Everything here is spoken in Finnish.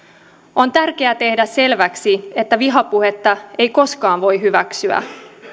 on tärkeää tehdä selväksi että vihapuhetta ei koskaan voi hyväksyä